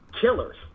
killers